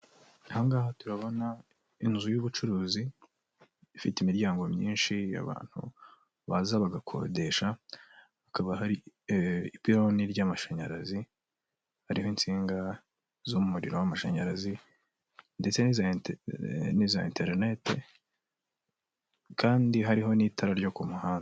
Aha ngaha turabona inzu y'ubucuruzi ifite imiryango myinshi abantu baza bagakodesha, hakaba hari ipironi ry'amashanyarazi, hariho insinga z'umuriro w'amashanyarazi ndetse n'iza enterineti kandi hariho n'itara ryo ku muhanda.